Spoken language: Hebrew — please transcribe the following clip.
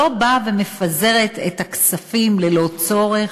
שלא באה ומפזרת את הכספים ללא צורך.